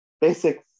basic